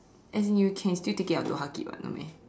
as in you can still take it out to hug it [what] no meh